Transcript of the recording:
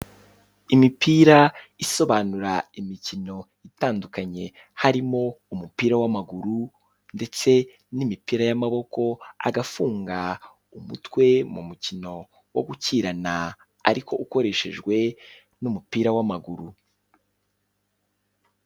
Imipira isobanura imikino itandukanye, harimo umupira w'amaguru, ndetse n'imipira y'amaboko, agafunga umutwe mu mukino wo gukirana, ariko ukoreshejwe n'umupira w'amaguru.